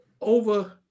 over